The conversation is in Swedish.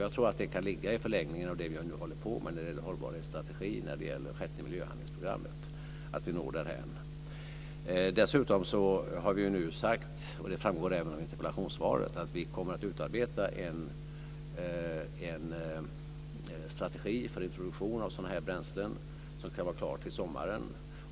Jag tror att det kan ligga i förlängningen av det som vi nu håller på med när det gäller hållbarhetsstrategi och när det gäller det sjätte miljöhandlingsprogrammet att nå därhän. Dessutom har vi nu sagt, vilket framgår av interpellationssvaret, att vi kommer att utarbeta en strategi för introduktion av sådana här bränslen som ska vara klar till sommaren.